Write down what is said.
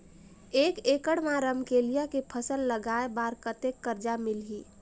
एक एकड़ मा रमकेलिया के फसल लगाय बार कतेक कर्जा मिलही?